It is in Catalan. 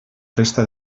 resta